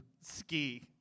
ski